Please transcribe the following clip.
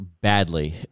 badly